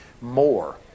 more